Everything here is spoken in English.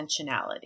intentionality